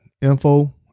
info